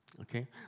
okay